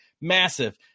massive